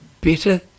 better